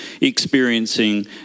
experiencing